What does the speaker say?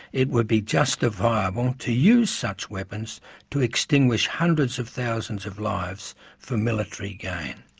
it would be justifiable to use such weapons to extinguish hundreds of thousands of lives for military gain.